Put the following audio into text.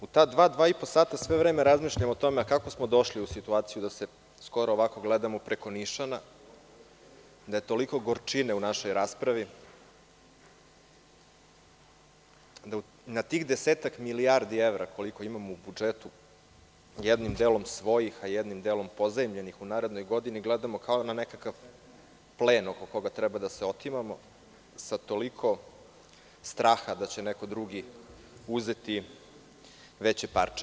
U ta dva, dva i po sata sve vreme razmišljam o tome kako smo došli u situaciju da se skoro ovako gledamo preko nišana, da je toliko gorčine u našoj raspravi, da na tih desetak milijardi evra, koliko imamo u budžetu, jednim delom svojih, a jednim delom pozajmljenih u narednoj godini gledamo kao na nekakav plen oko koga treba da se otimamo, sa toliko straha da će neko drugi uzeti veće parče.